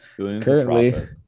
Currently